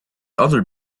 other